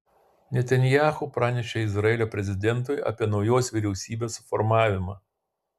netanyahu pranešė izraelio prezidentui apie naujos vyriausybės suformavimą